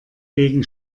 wegen